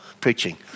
preaching